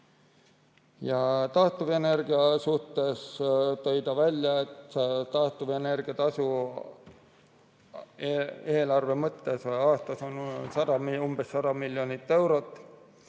Taastuvenergia suhtes tõi ta välja, et taastuvenergia tasu eelarve mõttes on aastas umbes 100 miljonit eurot